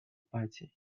party